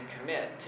commit